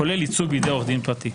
כולל ייצוג בידי עורך דין פרטי.